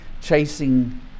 chasing